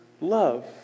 love